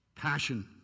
Passion